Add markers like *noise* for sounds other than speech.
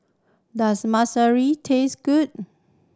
does *unintelligible* taste good